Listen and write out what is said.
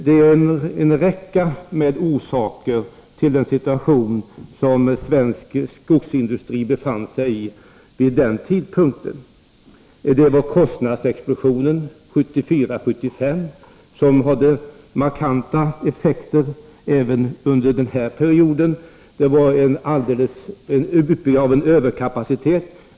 Det finns en rad orsaker till den situation svensk skogsindustri befann sig i vid den tidpunkten. Kostnadsexplosionen 1974-1975 hade markanta effekter även under den här perioden. Vidare fanns en överkapacitet.